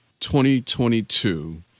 2022